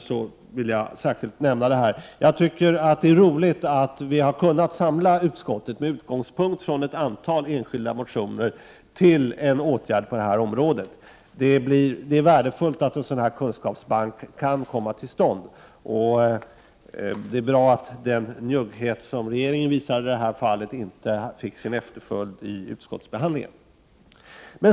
Därför har jag särskilt velat nämna den saken. Det är roligt att vi har kunnat samla utskottet med utgångspunkt i ett antal enskilda motioner till en åtgärd på detta område. Det är värdefullt att en sådan kunskapsbank kan komma till stånd. Det är också bra att den njugghet som regeringen har visat i detta fall inte har fått sin efterföljd i utskottsbehandlingen.